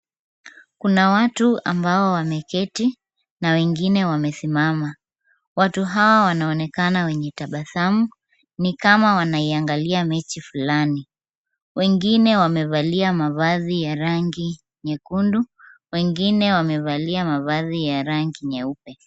Kuna watu ambao wameketi na wengine wamesimama. Watu hao wanaonekana wenye tabasamu, ni kama wanaiangalia mechi fulani. Wengine wamevalia mavazi ya rangi nyekundu, wengine wamevalia mavazi ya rangi nyeupe.